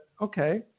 okay